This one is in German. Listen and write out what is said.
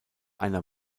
einer